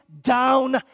down